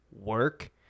work